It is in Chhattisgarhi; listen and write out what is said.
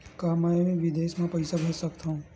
का मैं विदेश म पईसा भेज सकत हव?